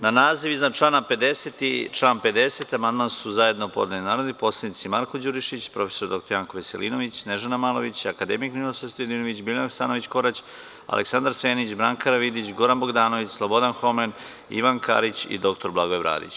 Na naziv iznad člana 50. i član 50. amandman su zajedno podneli narodni poslanici Marko Đurišić, prof. dr Janko Veselinović, Snežana Malović, akademik Ninoslav Stojadinović, Biljana Hasanović Korać, Aleksandar Senić, Branka Karavidić, Goran Bogdanović, Slobodan Homen, Ivan Karić i dr Blagoje Bradić.